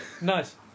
Nice